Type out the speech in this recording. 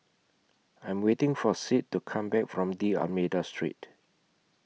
I'm waiting For Sid to Come Back from D'almeida Street